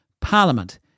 parliament